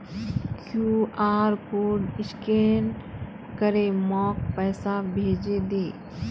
QR code scan करे मोक पैसा भेजे दे